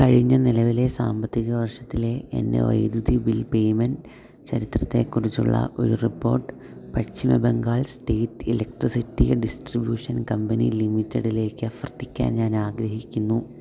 കഴിഞ്ഞ നിലവിലെ സാമ്പത്തിക വർഷത്തിലെ എൻ്റെ വൈദ്യുതി ബിൽ പേയ്മെൻ്റ് ചരിത്രത്തെക്കുറിച്ചുള്ള ഒരു റിപ്പോർട്ട് പശ്ചിമ Bengal state electricity distribution company ലിമിറ്റഡിലേക്ക് അഭ്യർത്ഥിക്കാൻ ഞാൻ ആഗ്രഹിക്കുന്നു